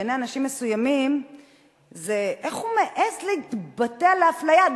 שבעיני אנשים מסוימים זה: איך הוא מעז להתבטא על האפליה?